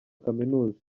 kaminuza